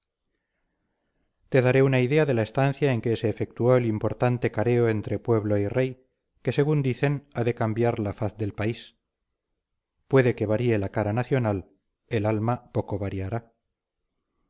te daré una idea de la estancia en que se efectuó el imponente careo entre pueblo y rey que según dicen ha de cambiar la faz del país